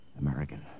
American